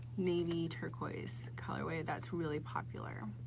navy, turquoise color wave that's really popular.